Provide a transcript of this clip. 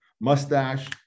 mustache